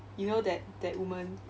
you know that that woman